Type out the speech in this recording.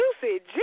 Juicy